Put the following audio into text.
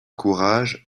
courage